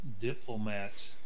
Diplomat